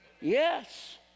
Yes